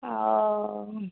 او